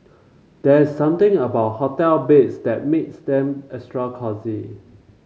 there's something about hotel beds that makes them extra cosy